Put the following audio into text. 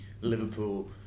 Liverpool